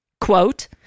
quote